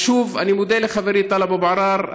אז שוב, אני מודה לחברי טלב אבו עראר.